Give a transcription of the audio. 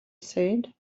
said